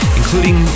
including